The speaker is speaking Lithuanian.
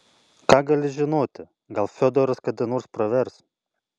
ką gali žinoti gal fiodoras kada nors pravers